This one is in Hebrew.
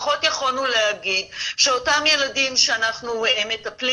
לפחות יכולנו להגיד שאותם ילדים שאנחנו מטפלים